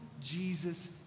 Jesus